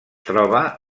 troba